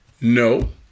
No